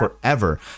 forever